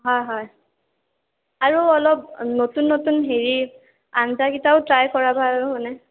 হয় হয় আৰু অলপ নতুন নতুন হেৰি আঞ্জাকিটাও ট্ৰাই কৰাবা আৰু মানে